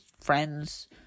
friends